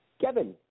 Kevin